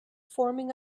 forming